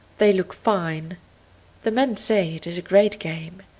they look fine the men say it is a great game.